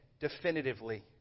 definitively